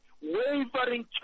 wavering